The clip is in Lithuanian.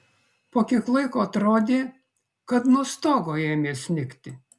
po kiek laiko atrodė kad nuo stogo ėmė snigti